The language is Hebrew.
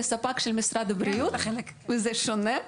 הקואליציה היא ספק של משרד הבריאות, זה שונה.